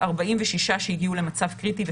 46 שהגיעו למצב קריטי,